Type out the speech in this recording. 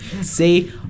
See